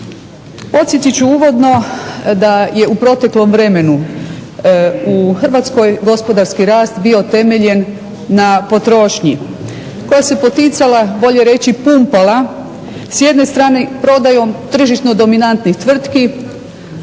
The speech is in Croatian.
ću uvodno da je u proteklom vremenu u Hrvatskoj gospodarski rast bio temeljen na potrošnji koja se poticala bolje reći pumpala s jedne strane prodajom tržišno dominantnih tvrtki,